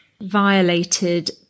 violated